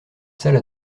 salle